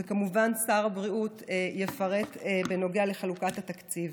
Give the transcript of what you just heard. וכמובן ששר הבריאות יפרט בנוגע לחלוקת התקציב.